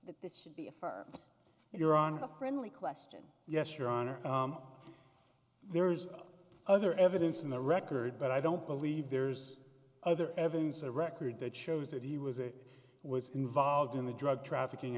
that this should be a for your on a friendly question yes your honor there's other evidence in the record but i don't believe there's other evidence a record that shows that he was a was involved in the drug trafficking